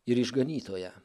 ir išganytoją